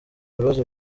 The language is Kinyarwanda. bibazo